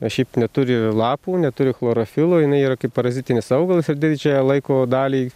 šiaip neturi lapų neturi chlorofilo jinai yra kaip parazitinis augalas ir didžiąją laiko dalį